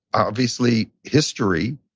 obviously, history.